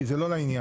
כי זה לא לעניין.